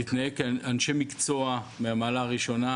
להתנהג כאנשי מקצוע מהמעלה הראשונה,